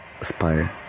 aspire